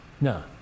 No